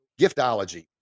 giftology